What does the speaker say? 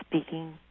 speaking